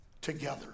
Together